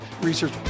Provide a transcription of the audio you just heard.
research